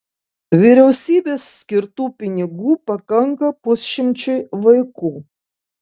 vyriausybės skirtų pinigų pakanka pusšimčiui vaikų